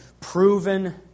proven